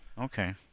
okay